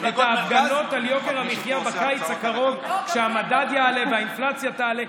את ההפגנות על יוקר המחיה בקיץ הקרוב כשהמדד יעלה והאינפלציה תעלה,